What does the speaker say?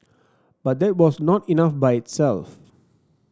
but that was not enough by itself